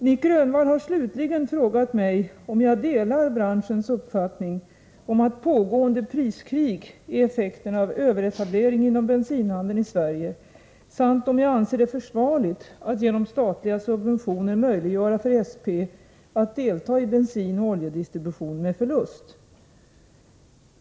Nic Grönvall har slutligen frågat mig om jag delar branschens uppfattning om att pågående priskrig är effekten av överetablering inom bensinhandeln i Sverige samt om jag anser det försvarligt att genom statliga subventioner möjliggöra för SP att delta i bensinoch oljedistribution med förlust.